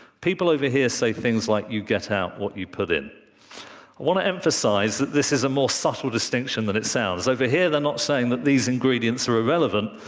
people over here say things like you get out what you put in. i want to emphasize this is a more subtle distinction than it sounds. over here, they're not saying that these ingredients are irrelevant,